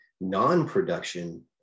non-production